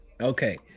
Okay